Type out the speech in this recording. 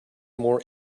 more